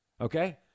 Okay